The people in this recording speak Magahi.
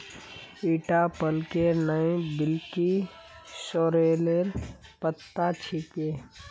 ईटा पलकेर नइ बल्कि सॉरेलेर पत्ता छिके